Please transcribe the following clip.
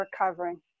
recovering